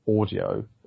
Audio